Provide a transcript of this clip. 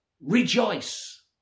rejoice